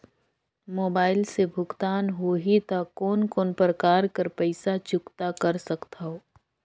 Mobile से भुगतान होहि त कोन कोन प्रकार कर पईसा चुकता कर सकथव?